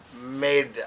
made